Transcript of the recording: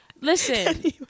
Listen